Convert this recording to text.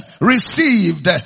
received